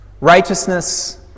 Righteousness